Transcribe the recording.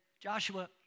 Joshua